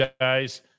guys